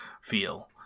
feel